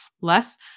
less